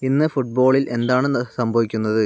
ഇന്ന് ഫുട്ബോളിൽ എന്താണ് സംഭവിക്കുന്നത്